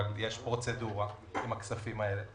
אבל יש פרוצדורה עם הכספים האלה.